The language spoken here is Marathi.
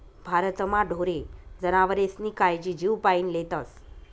भारतमा ढोरे जनावरेस्नी कायजी जीवपाईन लेतस